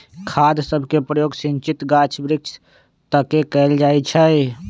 खाद सभके प्रयोग सिंचित गाछ वृक्ष तके कएल जाइ छइ